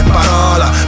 parola